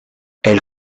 elle